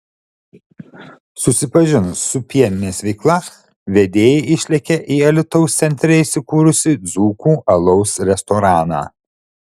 susipažinus su pieninės veikla vedėjai išlėkė į alytaus centre įsikūrusį dzūkų alaus restoraną